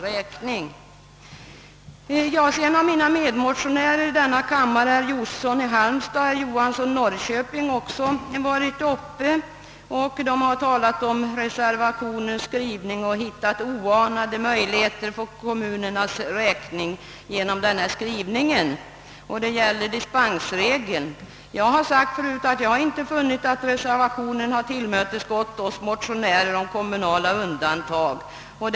Vidare har mina medmotionärer i denna kammare herrar Josefsson i Halmstad och Johansson i Norrköping här talat om reservationens skrivning och funnit oanade möjligheter för kommunerna — nämligen i dispensregeln. Jag har tidigare framhållit, att jag inte kan finna att reservationen tillmötesgår oss motionärer när det gäller undantag för kommunala byggen.